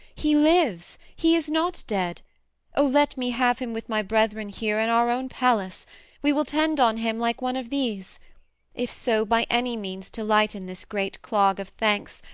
he lives he is not dead o let me have him with my brethren here in our own palace we will tend on him like one of these if so, by any means, to lighten this great clog of thanks,